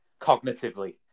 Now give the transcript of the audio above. cognitively